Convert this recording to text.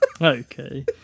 Okay